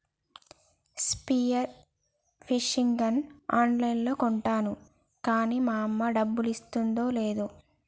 spear fishing gun ఆన్ లైన్లో కొంటాను కాన్నీ అమ్మ డబ్బులిస్తాదో లేదో